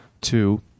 Two